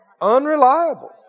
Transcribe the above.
Unreliable